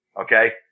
Okay